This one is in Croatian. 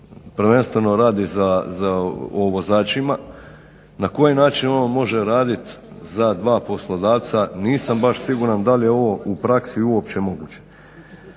prvenstveno radi za, o vozačima na koji način on može raditi za dva poslodavca, nisam baš siguran da li je ovo u praksi uopće moguće.